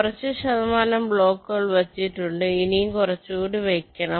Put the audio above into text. കുറച്ച ശതമാനം ബ്ലോക്കുകൾ വച്ചിട്ടുണ്ട് ഇനിയും കുറച്ച കുടി വെക്കണം